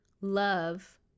Love